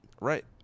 Right